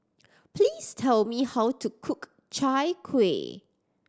please tell me how to cook Chai Kueh